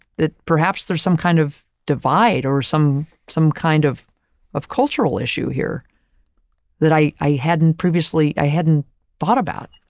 that perhaps there's some kind of divide or some, some kind of of cultural issue here that i i hadn't previously i hadn't thought about.